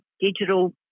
digital